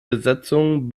besetzungen